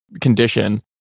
condition